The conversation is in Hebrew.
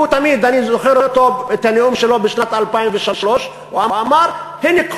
והוא תמיד אני זוכר את הנאום שלו משנת 2003. הוא אמר: הנה,